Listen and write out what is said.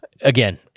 again